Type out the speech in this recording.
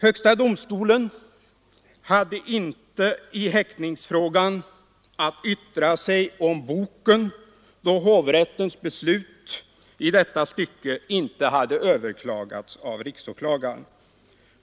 Högsta domstolen hade inte i häktningsfrågan att yttra sig om boken, då hovrättens beslut i detta stycke inte hade överklagats av riksåklagaren.